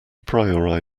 priori